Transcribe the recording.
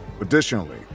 Additionally